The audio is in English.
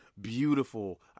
beautiful